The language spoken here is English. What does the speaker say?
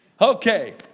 Okay